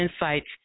insights